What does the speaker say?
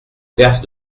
verse